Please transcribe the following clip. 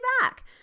back